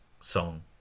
song